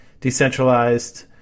decentralized